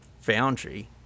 foundry